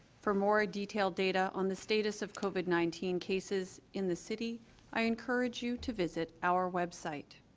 for more detailed data on the status of covid nineteen cases in the city i encourage you to visit our website.